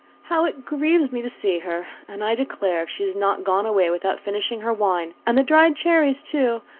how it grieves me to see her! and i declare if she is not gone away without finishing her wine! and the dried cherries too!